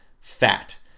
fat